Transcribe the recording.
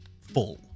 full